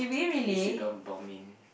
we said Bal~ Balmain